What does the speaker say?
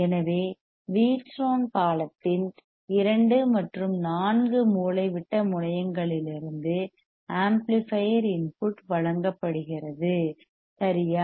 எனவே வீட்ஸ்டோன் பாலத்தின் பிரிட்ஜ் இன் இரண்டு மற்றும் நான்கு மூலைவிட்ட diagonal டைகோனால் முனையங்களிலிருந்து ஆம்ப்ளிபையர் இன்புட் வழங்கப்படுகிறது சரியா